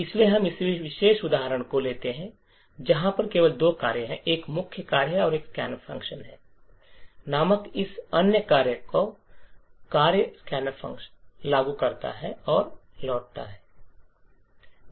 इसलिए हम इस विशेष उदाहरण को लेंगे जहां केवल दो कार्य हैं एक मुख्य कार्य और फिर स्कैन नामक एक अन्य कार्य और मुख्य कार्य सिर्फ स्कैन लागू करना और लौटना है